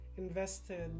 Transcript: Invested